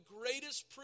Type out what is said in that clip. greatest